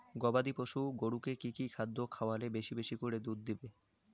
গবাদি পশু গরুকে কী কী খাদ্য খাওয়ালে বেশী বেশী করে দুধ দিবে?